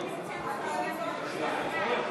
אפשר לבקש שקט במליאה?